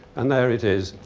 and there it is.